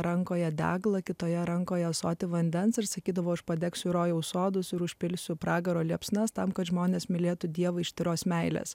rankoje deglą kitoje rankoje ąsotį vandens ir sakydavo aš padegsiu rojaus sodus ir užpilsiu pragaro liepsnas tam kad žmonės mylėtų dievą iš tyros meilės